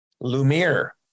Lumiere